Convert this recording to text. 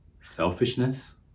Selfishness